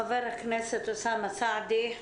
חבר הכנסת אוסאמה סעדי.